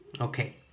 Okay